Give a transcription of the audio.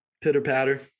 pitter-patter